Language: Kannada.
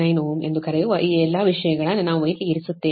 39 Ω ಎಂದು ಕರೆಯುವ ಈ ಎಲ್ಲ ವಿಷಯಗಳನ್ನು ನಾವು ಇಲ್ಲಿ ಇರಿಸುತ್ತೇವೆ